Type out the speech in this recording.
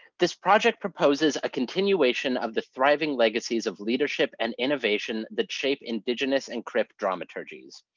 this project proposes a continuation of the thriving legacies of leadership and innovation that shape indigenous and crip dramaturgies,